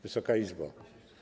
Wysoka Izbo!